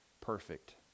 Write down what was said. perfect